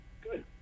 Good